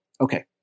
okay